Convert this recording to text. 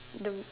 the